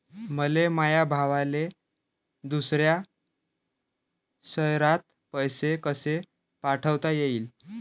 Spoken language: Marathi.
मले माया भावाले दुसऱ्या शयरात पैसे कसे पाठवता येईन?